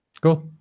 Cool